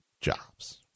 jobs